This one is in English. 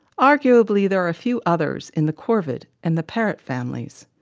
arguably, there are a few others in the corvid and the parrot families.